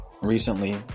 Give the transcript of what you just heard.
recently